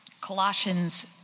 Colossians